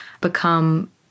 become